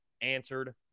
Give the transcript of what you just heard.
answered